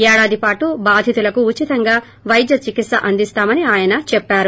ఏడాది పాటు బాధితులకు ఉచితంగా వైద్య చికిత్స అందిస్తామని ఆయన చెప్పారు